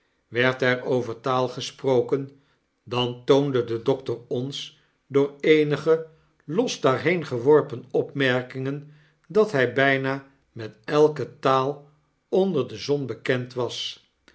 werd er over taal gesproken dan toonde de dokter ons door eenige los daarheen geworpen opmerkingen dat hy bijna met elke taal onder de zon bekend was